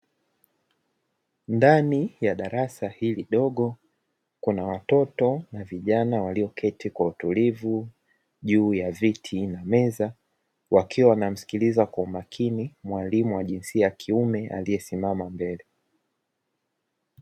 Ndani ya darasa hili dogo kuna watoto na vijana walioketi kwa utulivu, juu ya viti na meza wakiwa wanamsikiliza kwa umakini, mwalimu wa jinsia ya kiume aliye simama mbele.